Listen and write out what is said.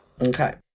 Okay